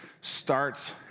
starts